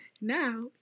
Now